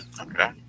Okay